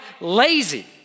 lazy